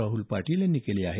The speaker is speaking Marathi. राहल पाटील यांनी केली आहे